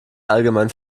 allgemein